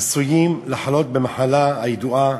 עשויים לחלות במחלה הידועה,